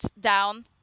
down